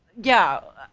yeah,